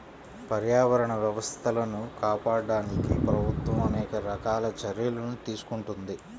పర్యావరణ వ్యవస్థలను కాపాడడానికి ప్రభుత్వం అనేక రకాల చర్యలను తీసుకుంటున్నది